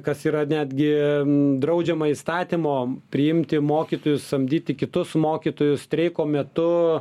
kas yra netgi draudžiama įstatymo priimti mokytojus samdyti kitus mokytojus streiko metu